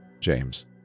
James